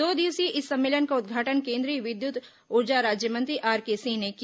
दो दिवसीय इस सम्मेलन का उद्घाटन केन्द्रीय विद्युत ऊर्जा राज्य मंत्री आर के सिंह ने किया